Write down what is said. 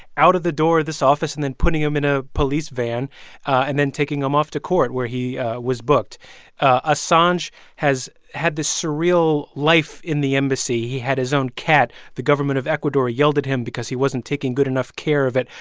out of the door of this office and then putting him in a police van and then taking him off to court, where he was booked assange has had this surreal life in the embassy. he had his own cat. the government of ecuador yelled at him because he wasn't taking good enough care of it.